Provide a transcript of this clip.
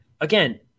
again